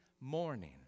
morning